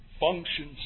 functions